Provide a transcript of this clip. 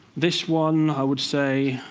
this one, i would say,